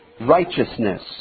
Righteousness